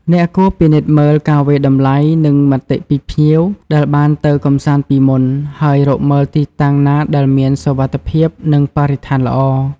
អ្នកគួរពិនិត្យមើល ការវាយតម្លៃ និង មតិពីភ្ញៀវ ដែលបានទៅកម្សាន្តពីមុន ហើយរកមើលទីតាំងណាដែលមាន សុវត្ថិភាព និងបរិស្ថានល្អ។